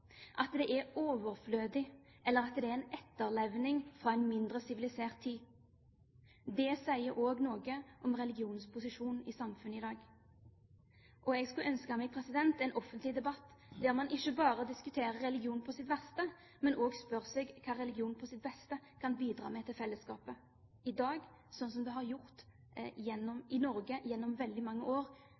at det er overflødig eller en etterlevning fra en mindre sivilisert tid. Det sier også noe om religionens posisjon i samfunnet i dag. Jeg skulle ønske meg en offentlig debatt der man ikke bare diskuterer religion på sitt verste, men også spør seg hva religion på sitt beste kan bidra med til fellesskapet i dag, slik det har gjort i Norge i veldig mange år